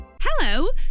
Hello